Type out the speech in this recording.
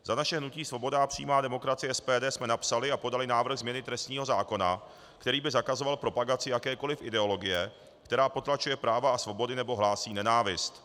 Za naše hnutí Svoboda a přímá demokracie, SPD, jsme napsali a podali návrh změny trestního zákona, který by zakazoval propagaci jakékoliv ideologie, která potlačuje práva a svobody nebo hlásí nenávist.